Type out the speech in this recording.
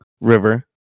River